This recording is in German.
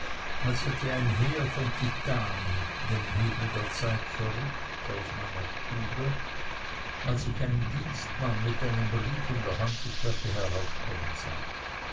als hätte ein heer von titanen den hebel der zeit verrückt aus meiner stube als ich einen dienstmann mit einem brief in der hand die treppe heraufkommen sah